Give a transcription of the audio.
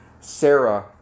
Sarah